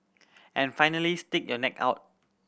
and finally stick your neck out